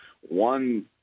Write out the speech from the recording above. One